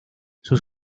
sus